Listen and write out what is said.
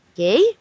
Okay